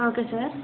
okay sir